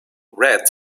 red